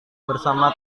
bersama